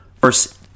verse